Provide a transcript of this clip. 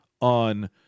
on